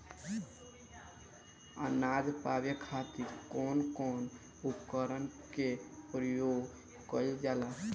अनाज नापे खातीर कउन कउन उपकरण के प्रयोग कइल जाला?